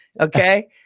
Okay